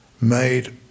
made